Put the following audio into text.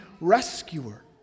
rescuer